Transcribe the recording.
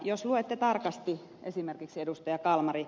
jos luette tarkasti ed